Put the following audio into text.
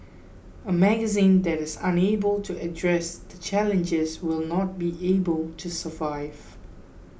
a magazine that is unable to address the challenges will not be able to survive